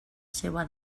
seua